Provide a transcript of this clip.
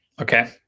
Okay